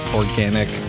organic